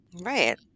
Right